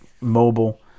mobile